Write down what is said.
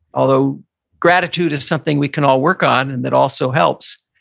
although gratitude is something we can all work on, and that also helps.